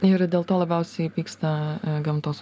ir dėl to labiausiai pyksta gamtos